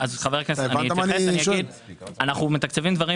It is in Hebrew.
בהרבה סעיפי תקציב אנחנו מתקצבים דברים